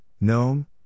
Gnome